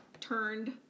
turned